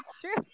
true